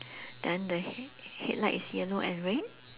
then the head~ headlight is yellow and red